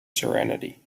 serenity